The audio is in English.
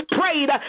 prayed